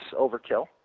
Overkill